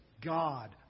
God